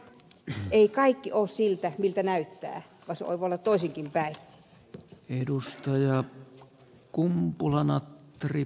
elikkä ei kaikki ole sitä miltä näyttää vaan se voi olla toisinkinpäin